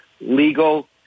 legal